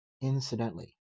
Incidentally